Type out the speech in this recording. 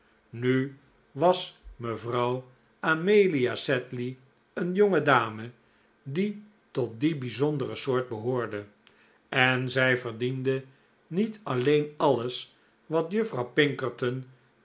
nu was mejuffrouw amelia sedley een jonge dame die tot die bijzondere soort behoorde en zij verdiende niet alleen alles wat